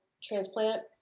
transplant